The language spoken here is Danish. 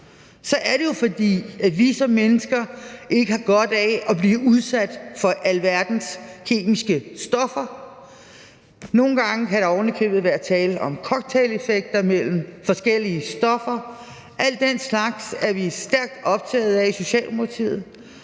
Så er det jo, fordi vi som mennesker ikke har godt af at blive udsat for alverdens kemiske stoffer. Nogle gange kan der ovenikøbet være tale om cocktaileffekter mellem forskellige stoffer. Al den slags er vi stærkt optagede af i Socialdemokratiet,